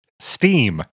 steam